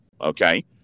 Okay